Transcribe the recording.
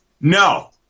No